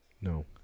No